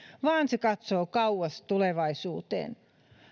vaan se katsoo kauas tulevaisuuteen